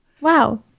Wow